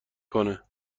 کنه